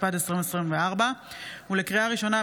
התשפ"ד 2024. לקריאה ראשונה,